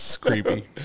creepy